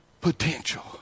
potential